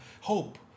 hope